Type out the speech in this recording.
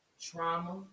trauma